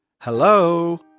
Hello